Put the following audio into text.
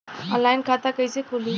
Online खाता कइसे खुली?